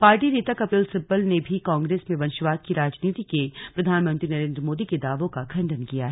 party नेता कपिल सिब्बल ने भी कांग्रेस में वंशवाद की राजनीति के प्रधानमंत्री नरेन्द्र मोदी के दावों का खंडन किया है